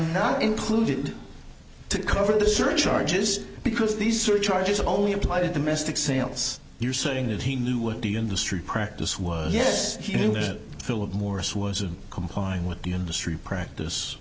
not included to cover the surcharges because these surcharges only apply the domestic sales you're saying that he knew what the industry practice was yes he knew that philip morris was complying with the industry practice